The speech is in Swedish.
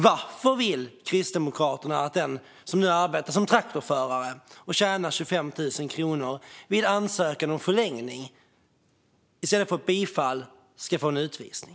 Varför vill Kristdemokraterna att den som nu arbetar som traktorförare och tjänar 25 000 kronor ska få beslut om utvisning i stället för bifall vid ansökan om förlängning?